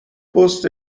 پست